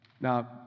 Now